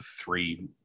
three